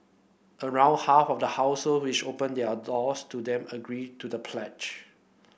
around half of the household which opened their doors to them agreed to the pledge